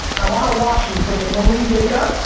i wanna watch you from the moment you wake up,